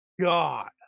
god